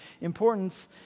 importance